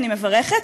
אני מברכת,